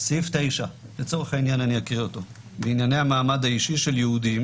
סמכות ייחודית לבית הדין הרבני בענייני נישואין וגירושין